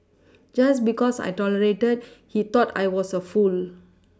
just because I tolerated he thought I was a fool